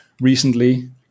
recently